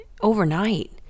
overnight